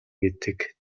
гэдэг